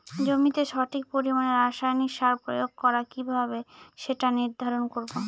জমিতে সঠিক পরিমাণে রাসায়নিক সার প্রয়োগ করা কিভাবে সেটা নির্ধারণ করব?